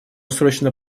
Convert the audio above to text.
срочно